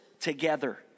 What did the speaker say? together